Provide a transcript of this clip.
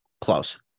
close